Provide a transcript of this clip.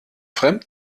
fremd